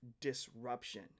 disruption